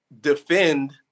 defend